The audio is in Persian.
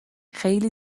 خیلی